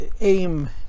aim